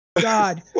God